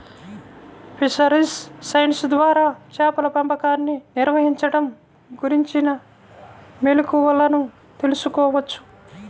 fisheries science ద్వారా చేపల పెంపకాన్ని నిర్వహించడం గురించిన మెళుకువలను తెల్సుకోవచ్చు